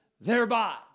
Thereby